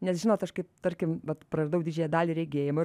nes žinot aš kaip tarkim vat praradau didžiąją dalį regėjimo